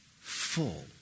full